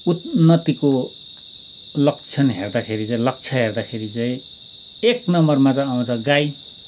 उन्नतिको लक्षण हेर्दाखेरि चाहिँ लक्ष्य हेर्दाखेरि चाहिँ एक नम्बरमा चाहिँ आउँछ गाई